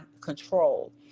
control